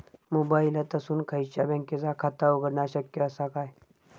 मोबाईलातसून खयच्याई बँकेचा खाता उघडणा शक्य असा काय?